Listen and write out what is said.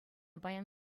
паян